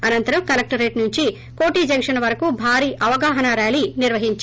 అనంతరం కలెక్షరేట్ నుంచి కోటి జంక్షన్ వరకు భారీ అవగాహనా ర్వాలీని నిర్వహించారు